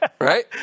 Right